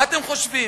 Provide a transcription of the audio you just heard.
מה אתם חושבים,